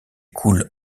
coule